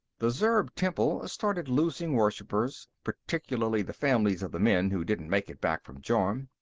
the zurb temple started losing worshipers, particularly the families of the men who didn't make it back from jorm.